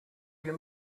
you